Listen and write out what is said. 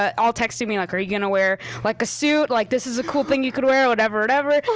ah all texted me like are you gonna wear like a suit, like this is a cool thing you could wear whatever whatever,